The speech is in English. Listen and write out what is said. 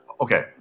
okay